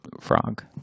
frog